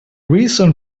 reason